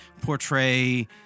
portray